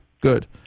good